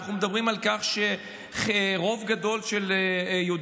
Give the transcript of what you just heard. אנחנו מדברים על כך שרוב גדול של יהודי